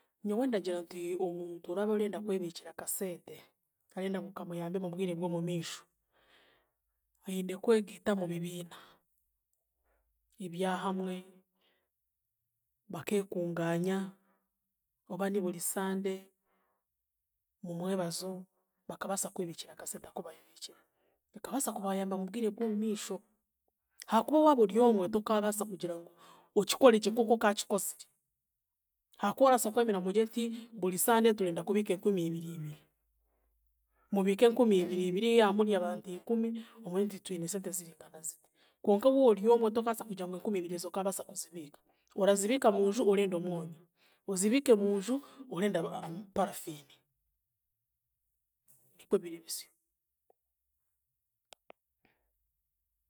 Nyowe ndagira nti omuntu oraabarenda kwebiikira akasete, arenda ngu kamuyambe mu bwire bwomumiisho, aine kwegiita mubibiina, ebyahamwe, bakeekungaanya, oba ni buri Sande mumwebazo, bakabaasa kwebiikira akasente aku baayebiikira kakabaasa kubayamba mubwire bwomumiisho, haakuba waaba oryomwe tokaabaasa kugira ngu okikore gye nk'oku okaakikozire haakuba orabaasa kwemerera ogire oti buri Sande turenda kubiika enkumi ibiri ibiri mubiike enkumi ibiri ibiri yaaba muri abantu ikumi omanye oti twine esente ziringana ziti, konka wooryomwe tokaabaasa kugira ngu enkumi ibiri ezo okaabaasa kuzibiika, orazibiika munju orenda omwonyo, ozibiike munju orenda parafiini, nikwe biri bisyo.